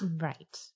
Right